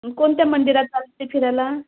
कोणत्या मंदिरात चालते फिरायला